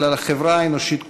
אלא לחברה האנושית כולה,